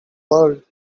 world